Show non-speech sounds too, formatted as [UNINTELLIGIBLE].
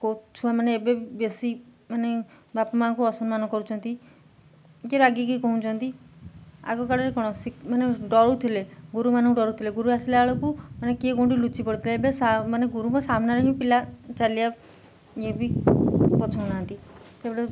କେଉଁ ଛୁଆ ମାନେ ଏବେ ବେଶୀ ମାନେ ବାପା ମାଆଙ୍କୁ ଅସମ୍ମାନ କରୁଛନ୍ତି କିଏ ରାଗିକି କହୁଛନ୍ତି ଆଗକାଳରେ କ'ଣ ମାନେ ଡରୁଥିଲେ ଗୁରୁମାନଙ୍କୁ ଡରୁଥିଲେ ଗୁରୁ ଆସିଲା ବେଳକୁ ମାନେ କିଏ କେଉଁଠି ଲୁଚି ପଡ଼ୁଥିଲେ ଏବେ ସା ମାନେ ଗୁରୁଙ୍କ ସାମ୍ନାରେ ହିଁ ପିଲା ଚାଲିବା ଇଏ ବି ପଛଉ ନାହାନ୍ତି [UNINTELLIGIBLE]